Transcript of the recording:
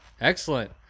Excellent